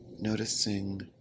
noticing